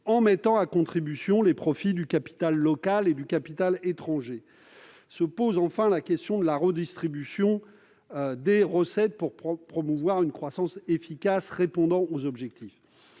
en mettant à contribution les profits du capital local et du capital étranger. Se pose enfin la question de la redistribution des recettes, pour promouvoir une croissance efficace répondant aux objectifs.